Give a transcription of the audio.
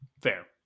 Fair